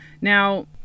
Now